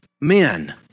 men